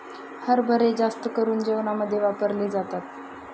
हरभरे जास्त करून जेवणामध्ये वापरले जातात